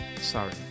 Sorry